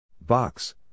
Box